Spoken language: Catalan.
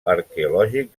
arqueològic